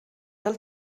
del